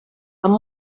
amb